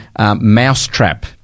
mousetrap